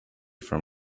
from